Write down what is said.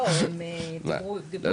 לא נורא, זה בסדר.